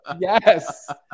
Yes